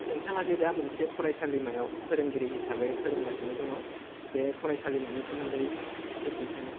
नोंथाङा जे दा मोनसे फरायसालिमायाव फोरोंगिरि हिसाबै फोरोंगासिनो दङ बे फरायसालिमानि सोमोन्दै एसे खोन्थानो